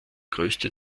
größte